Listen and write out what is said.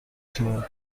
تویه